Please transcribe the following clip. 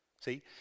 See